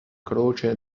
croce